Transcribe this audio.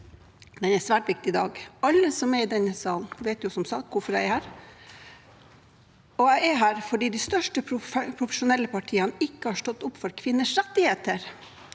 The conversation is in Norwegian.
i Alta og Kautokeino. Alle som er i denne salen, vet som sagt hvorfor jeg er her, og jeg er her fordi de største profesjonelle partiene ikke har stått opp for kvinners rettigheter